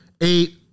eight